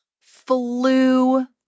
flew